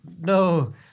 No